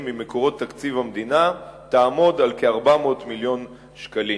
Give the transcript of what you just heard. ממקורות תקציב המדינה תעמוד על כ-400 מיליון שקלים.